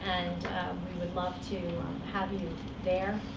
and we would love to have you there.